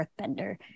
earthbender